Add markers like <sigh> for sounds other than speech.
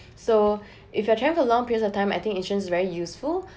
so <breath> if you are travel for long period of time I think insurance is very useful <breath>